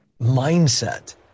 mindset